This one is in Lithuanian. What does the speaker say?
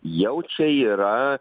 jau čia yra